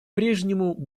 прежнему